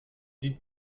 dites